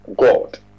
god